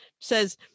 Says